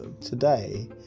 today